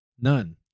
None